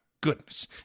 goodness